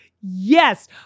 Yes